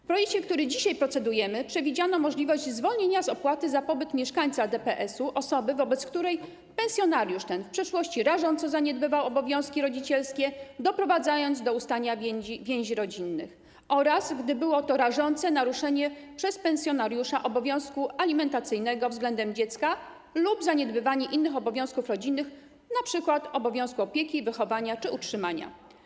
W projekcie, nad którym dzisiaj procedujemy, przewidziano możliwość zwolnienia z opłaty za pobyt mieszkańca DPS-u osoby, wobec której pensjonariusz ten w przeszłości rażąco zaniedbywał obowiązki rodzicielskie, doprowadzając do ustania więzi rodzinnych, oraz gdy było to rażące naruszenie przez pensjonariusza obowiązku alimentacyjnego względem dziecka lub zaniedbywanie innych obowiązków rodzinnych, np. obowiązku opieki, wychowania czy utrzymania.